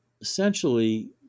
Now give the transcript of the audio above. essentially